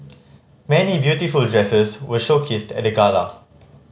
many beautiful dresses were showcased at the gala